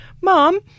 Mom